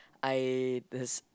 I